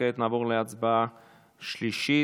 כעת נעבור לקריאה שלישית.